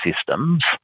systems